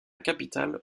capitale